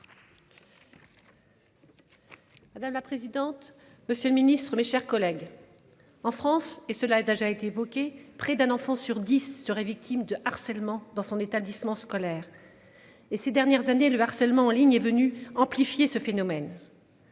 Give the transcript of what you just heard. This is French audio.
Madame la présidente. Monsieur le Ministre, mes chers collègues. En France et cela étages a été évoquée. Près d'un enfant sur 10 serait victime de harcèlement dans son établissement scolaire. Et ces dernières années, le harcèlement en ligne est venue amplifier ce phénomène.